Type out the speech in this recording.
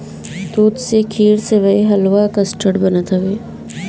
दूध से खीर, सेवई, हलुआ, कस्टर्ड बनत हवे